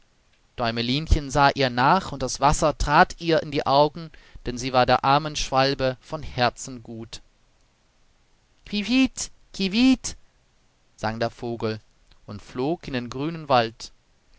däumelinchen sah ihr nach und das wasser trat ihr in die augen denn sie war der armen schwalbe von herzen gut quivit quivit sang der vogel und flog in den grünen wald